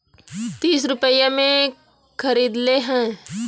तीस रुपइया मे खरीदले हौ